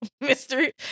Mystery